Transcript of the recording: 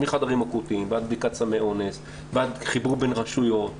מחדרים אקוטיים ועד בדיקת סמי אונס וחיבור בין רשויות,